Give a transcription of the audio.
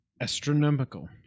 astronomical